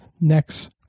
next